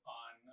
on